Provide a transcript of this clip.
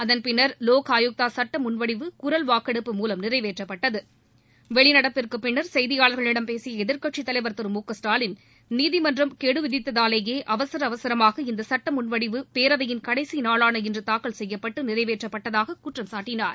அகன் பின்னர் லோக் சட்ட முன்வடவு வாக்கெடுப்பு ஆயுக்தா மூலம் குரல் நிறைவேற்றப்பட்டதுவெளிநடப்புக்கு பின் செய்தியாளர்களிடம் பேசிய எதிர்கட்சித் தலைவர் திரு மு க ஸ்டாலின் நீதிமன்றம் கெடு விதித்ததாலேயே அவசர அவசரமாக இந்த சட்ட முன்வடிவு பேரவையின் கடைசி நாளான இன்று தாக்கல் செய்யப்பட்டு நிறைவேற்றப்பட்டதாக குற்றம் சாட்டினார்